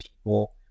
people